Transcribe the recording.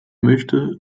möchte